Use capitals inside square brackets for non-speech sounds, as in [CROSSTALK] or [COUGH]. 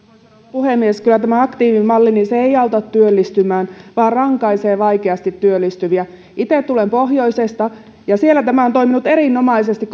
puhemies kyllä tämä aktiivimalli ei auta työllistymään vaan rankaisee vaikeasti työllistyviä itse tulen pohjoisesta ja siellä tämä on toiminut erinomaisesti [UNINTELLIGIBLE]